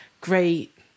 great